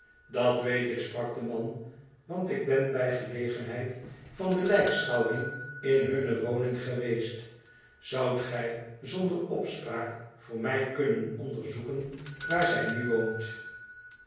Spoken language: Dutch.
dat weet ik sprak de man want ik ben bij gelegenheid van de lijkschouwing in hunne woning geweest zoudt gij zonder opspraak voo mij kunnen onderzoeken waar zij nu woont